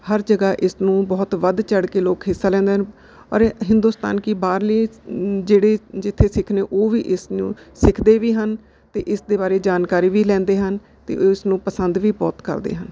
ਹਰ ਜਗ੍ਹਾ ਇਸ ਨੂੰ ਬਹੁਤ ਵੱਧ ਚੜ੍ਹ ਕੇ ਲੋਕ ਹਿੱਸਾ ਲੈਂਦੇ ਹਨ ਔਰ ਹਿੰਦੁਸਤਾਨ ਕੀ ਬਾਹਰਲੇ ਜਿਹੜੇ ਜਿੱਥੇ ਸਿੱਖ ਨੇ ਉਹ ਵੀ ਇਸ ਨੂੰ ਸਿੱਖਦੇ ਵੀ ਹਨ ਅਤੇ ਇਸ ਦੇ ਬਾਰੇ ਜਾਣਕਾਰੀ ਵੀ ਲੈਂਦੇ ਹਨ ਅਤੇ ਉਸ ਨੂੰ ਪਸੰਦ ਵੀ ਬਹੁਤ ਕਰਦੇ ਹਨ